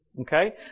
Okay